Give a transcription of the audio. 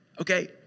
Okay